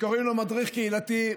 שקוראים לו מדריך קהילתי,